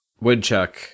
Woodchuck